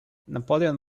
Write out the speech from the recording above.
napoleon